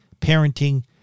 parenting